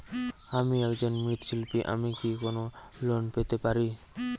আমি একজন মৃৎ শিল্পী আমি কি কোন লোন পেতে পারি?